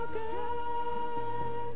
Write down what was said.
good